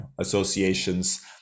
associations